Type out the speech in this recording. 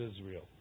Israel